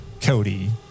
Cody